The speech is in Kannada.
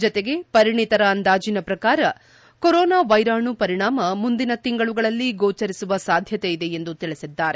ಜತೆಗೆ ಪರಿಣಿತರ ಅಂದಾಜಿನ ಪ್ರಕಾರ ಕೊರೊನಾ ವೈರಾಣು ಪರಿಣಾಮ ಮುಂದಿನ ತಿಂಗಳುಗಳಲ್ಲಿ ಗೋಚರಿಸುವ ಸಾಧ್ಯತೆ ಇದೆ ಎಂದು ತಿಳಿಸಿದ್ದಾರೆ